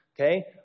Okay